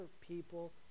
people